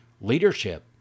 Leadership